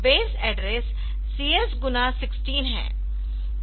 base address CSगुना 16 है